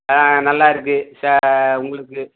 ஆ நல்லாயிருக்கு உங்களுக்கு